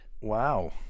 wow